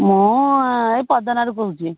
ମୁଁ ଏଇ ପଦନାରୁ କହୁଛି